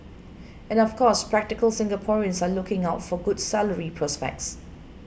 and of course practical Singaporeans are looking out for good salary prospects